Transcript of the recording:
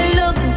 look